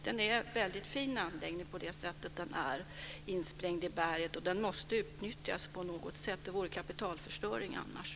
Det är en väldigt fin anläggning på det sättet att den är insprängd i berget. Den måste utnyttjas på något sätt. Det vore kapitalförstöring annars.